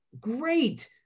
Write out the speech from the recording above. Great